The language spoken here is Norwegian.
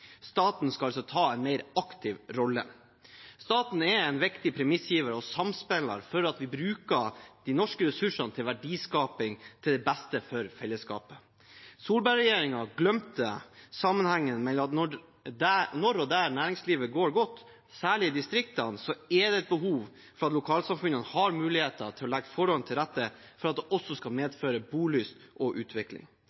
Staten skal altså ta en mer aktiv rolle. Staten er en viktig premissgiver og samspiller for at vi bruker de norske ressursene til verdiskaping til det beste for felleskapet. Solberg-regjeringen glemte sammenhengen mellom at når og der næringslivet går godt, særlig i distriktene, er det behov for at lokalsamfunnene har muligheter til å legge forholdene til rette for at det også skal